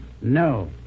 no